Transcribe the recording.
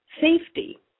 safety